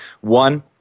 one